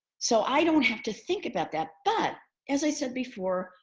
so i don't have to think about that. but as i said before,